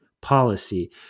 policy